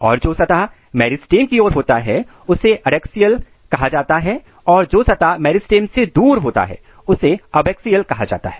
और जो सतह मेरिस्टेम की ओर होता है उसे एडैक्सियल कहा जाता है और जो सतह मेरिस्टेम से दूर होता है उसे अबैक्सियल कहा जाता है